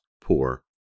poor